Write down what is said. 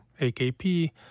AKP